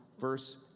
verse